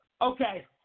Okay